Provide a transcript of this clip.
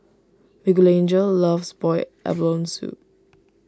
Miguelangel loves Boiled Abalone Soup